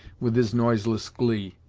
with his noiseless glee,